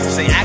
Say